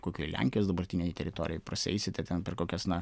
kokioj lenkijos dabartinėj teritorijoj prasieisite ten per kokias na